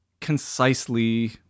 concisely